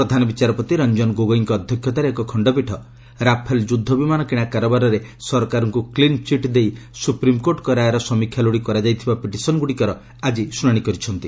ପ୍ରଧାନ ବିଚାରପତି ରଞ୍ଜନ ଗୋଗୋଇଙ୍କ ଅଧ୍ୟକ୍ଷତାରେ ଏକ ଖଣ୍ଡପୀଠ ରାଫେଲ ଯୁଦ୍ଧ ବିମାନ କିଣା କାରବାରରେ ସରକାରଙ୍କୁ କ୍ଲିନ୍ଚିଟ୍ ଦେଇ ସୁପ୍ରିମ୍କୋର୍ଟଙ୍କ ରାୟର ସମୀକ୍ଷା ଲୋଡ଼ି କରାଯାଇଥିବା ପିଟିସନ୍ଗୁଡ଼ିକର ଆଜି ଶୁଣାଣି କରିଛନ୍ତି